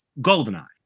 Goldeneye